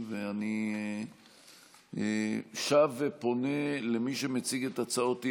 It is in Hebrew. ואני שב פונה למי שמציג את הצעות האי-אמון: